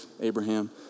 Abraham